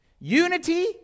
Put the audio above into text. Unity